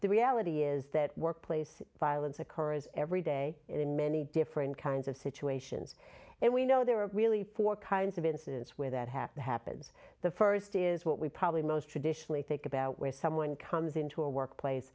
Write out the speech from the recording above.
the reality is that workplace violence occurs every day in many different kinds of situations and we know there are really four kinds of incidents where that happen happens the first is what we probably most traditionally think about where someone comes into our workplace